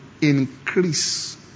increase